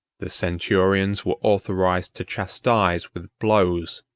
the centurions were authorized to chastise with blows,